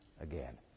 again